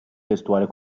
testuale